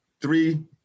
three